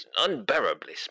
unbearably